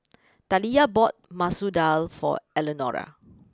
Taliyah bought Masoor Dal for Eleanora